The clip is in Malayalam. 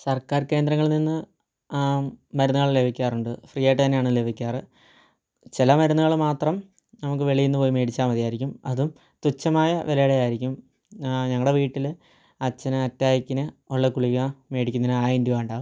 സർക്കാർ കേന്ദ്രങ്ങളിൽ നിന്ന് മരുന്നുകൾ ലഭിക്കാറുണ്ട് ഫ്രീയായിട്ട് തന്നെയാണ് ലഭിക്കാറ് ചില മരുന്നുകൾ മാത്രം നമുക്ക് വെളിയിൽന്ന് പോയി മേടിച്ചാൽ മതിയായിരിക്കും അതും തുച്ഛമായ വിലയുടെയായിരിക്കും ഞങ്ങടെ വീട്ടിൽ അച്ഛന് അറ്റാക്കിനുള്ള ഗുളിക മേടിക്കുന്നതിന് ആയിരം രൂപയങ്ങാണ്ടാണ്